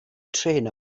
trên